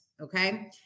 Okay